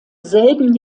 selben